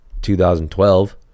2012